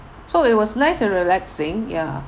so it was nice and relaxing ya